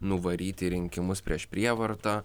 nuvaryt į rinkimus prieš prievartą